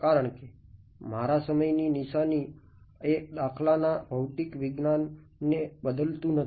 કારણકે તમારા સમય ની નિશાની એ દાખલાના ભૌતિકવિજ્ઞાનને બદલતું નથી